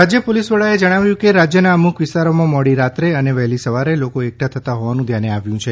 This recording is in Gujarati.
રાજ્ય પોલીસવડાએ જણાવ્યું કે રાજ્યના અમુક વિસ્તારોમાં મોડી રાત્રે અને વહેલી સવારે લોકો એકઠા થતાં હોવાનું ધ્યાને આવ્યું છે